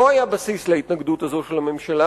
לא היה בסיס להתנגדות הזאת של הממשלה,